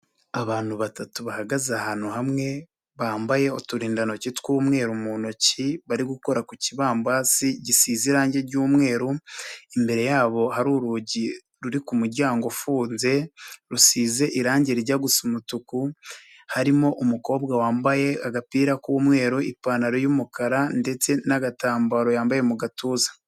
Abantu batatu bahagaze ahantu hamwe bambaye uturindantoki tw'umweru mu ntoki bari gukora ku kibambasi gisize irange ry'umweru, imbere yabo hari urugi ruri ku muryango ufunze rusize irange rijya gusa umutuku harimo umukobwa wambaye agapira k'umweru, ipantaro y'umukara ndetse n'agatambaro yambaye mu gatuza.